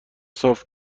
صاف